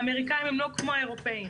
האמריקאים הם לא כמו האירופאים,